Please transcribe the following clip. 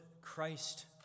Christ